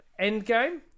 Endgame